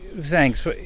thanks